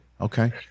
Okay